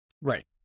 Right